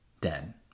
dead